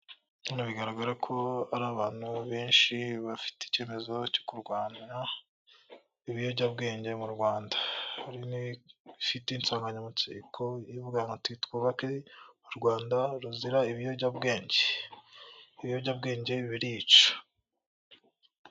Bigaragara ko hari abantu benshi bafite icyemezo cyo kurwanya ibiyobyabwenge mu rwanda; bafite insanganyamatsiko ivuga bati twubake u rwanda ruzira ibiyobyabwenge. Ibiyobyabwenge birica.